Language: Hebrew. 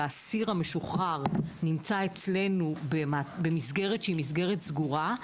שהאסיר המשוחרר נמצא אצלנו במסגרת שהיא מסגרת סגורה,